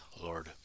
lord